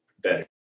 better